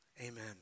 amen